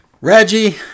Reggie